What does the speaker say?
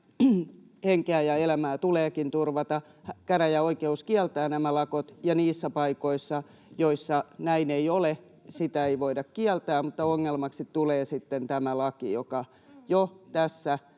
henkeä ja elämää tuleekin turvata, käräjäoikeus kieltää nämä lakot, ja niissä paikoissa, joissa näin ei ole, sitä ei voida kieltää, mutta ongelmaksi tulee sitten tämä laki, jota jo tässä